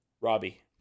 Robbie